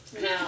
No